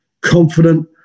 confident